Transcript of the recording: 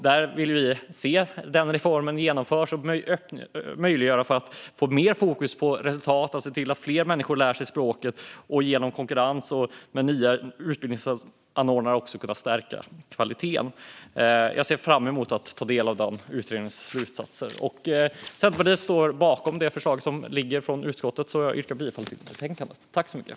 Vi vill se att den reformen genomförs för att möjliggöra mer fokus på resultat, se till att fler människor lär sig språket och genom konkurrens med nya utbildningsanordnare också kunna stärka kvaliteten. Jag ser fram emot att ta del av den utredningens slutsatser. Centerpartiet står bakom utskottets förslag i betänkandet, så jag yrkar bifall till detta.